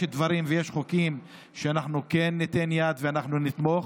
יש דברים ויש חוקים שאנחנו כן ניתן יד ואנחנו נתמוך.